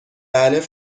الف